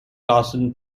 larsen